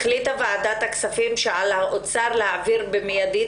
החליטה ועדת הכספים שעל האוצר להעביר במידית